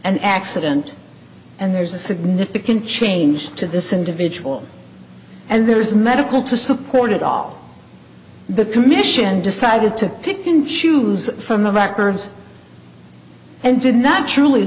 and accident and there's a significant change to this individual and there is medical to support it all the commission decided to pick and choose from the records and did not truly